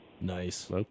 Nice